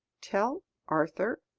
tell arthur?